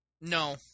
No